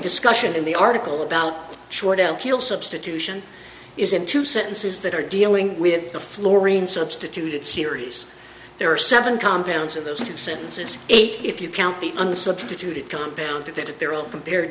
discussion in the article about short out kill substitution is in two sentences that are dealing with the fluorine substituted series there are seven compounds of those two sentences eight if you count the one substituted compound that at their own compared